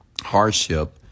hardship